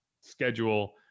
schedule